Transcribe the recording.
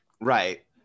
right